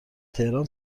تهران